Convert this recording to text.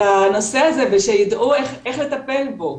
לנושא הזה, ושיידעו איך לטפל בו.